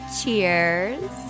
Cheers